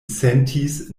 sentis